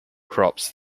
crops